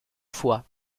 fois